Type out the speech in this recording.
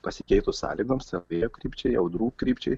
pasikeitus sąlygoms vėjo krypčiai audrų krypčiai